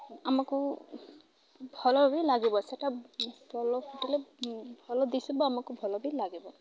ଆମକୁ ଭଲ ବି ଲାଗିବ ସେଟା ଭଲ ଫୁଟିଲେ ଭଲ ଦିଶିବ ଆମକୁ ଭଲ ବି ଲାଗିବ